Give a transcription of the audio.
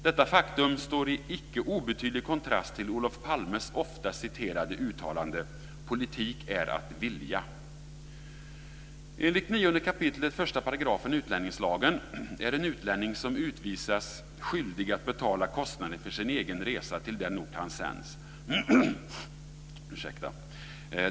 Detta faktum står i icke obetydlig kontrast till Olof Palmes ofta citerade uttalande att "politik är att vilja". Enligt 9 kap. 1 § utlänningslagen är utlänning som utvisas skyldig att betala kostnaden för sin egen resa till den ort dit han sänds.